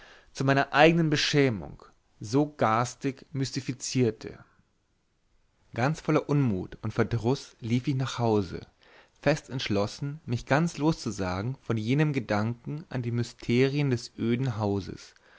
zu meiner eignen beschämung so garstig mystifizierte ganz voller unmut und verdruß lief ich nach hause fest entschlossen mich ganz loszusagen von jedem gedanken an die mysterien des öden hauses